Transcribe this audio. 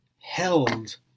held